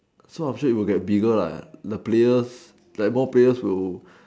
so I'm sure it will get bigger lah the players like more players will